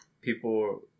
people